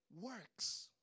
works